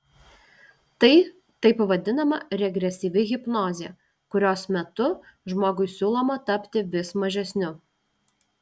tai taip vadinama regresyvi hipnozė kurios metu žmogui siūloma tapti vis mažesniu